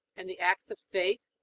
and the acts of faith,